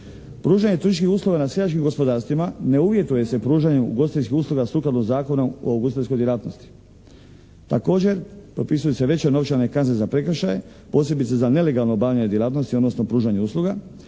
Pružanje turističkih usluga na skijaškim gospodarstvima ne uvjetuje se pružanjem ugostiteljskih usluga sukladno Zakonu o ugostiteljskoj djelatnosti. Također, propisuju se veće novčane kazne za prekršaje, posebice za nelegalno obavljanje djelatnosti odnosno pružanje usluga,